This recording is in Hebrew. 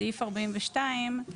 סעיף 42 הוא